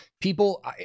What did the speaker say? people